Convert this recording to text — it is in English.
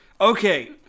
okay